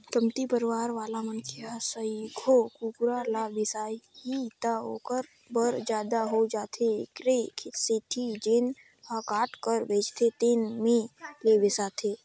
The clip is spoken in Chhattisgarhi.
कमती परवार वाला मनखे ह सइघो कुकरा ल बिसाही त ओखर बर जादा हो जाथे एखरे सेती जेन ह काट कर बेचथे तेन में ले बिसाथे